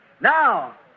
Now